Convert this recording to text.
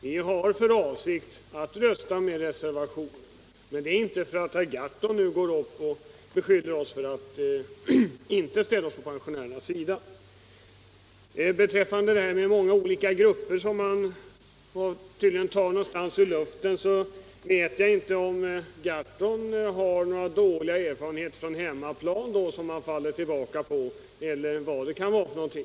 Vi har för avsikt att rösta för reservationen, men det gör vi inte därför att herr Gahrton går upp och beskyller oss för att inte stå på pensionärernas sida. Detta med många olika grupper har herr Gahrton tydligen gripit ur luften. Jag vet inte om herr Gahrton har dåliga erfarenheter på hemmaplan, som han faller tillbaka på, eller vad det kan vara för någonting.